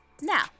Now